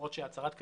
הצהרת כוונות,